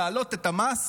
להעלות את המס